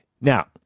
now